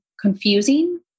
confusing